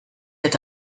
eta